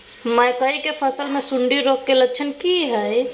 मकई के फसल मे सुंडी रोग के लक्षण की हय?